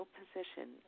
position